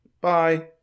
Bye